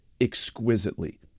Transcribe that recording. exquisitely